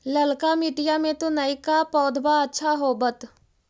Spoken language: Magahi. ललका मिटीया मे तो नयका पौधबा अच्छा होबत?